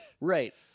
Right